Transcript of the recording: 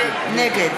נגד